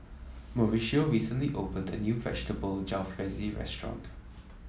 Mauricio recently opened a new Vegetable Jalfrezi restaurant